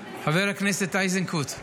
חבר הכנסת איזנקוט,